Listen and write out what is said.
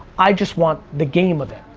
i just want the game of it.